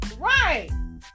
right